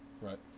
right